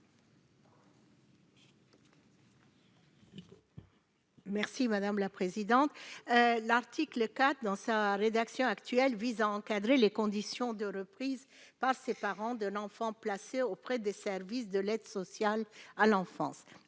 Merci madame la présidente, l'article 4 dans sa rédaction actuelle vise à encadrer les conditions de reprise par ses parents de l'enfant placé auprès des services de l'aide sociale à l'enfance